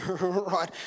right